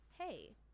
hey